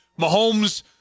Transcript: Mahomes